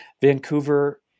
Vancouver